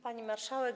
Pani Marszałek!